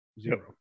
zero